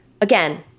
again